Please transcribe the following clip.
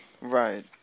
Right